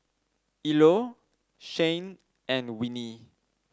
Ilo Shane and Winnie